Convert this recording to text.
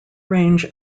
range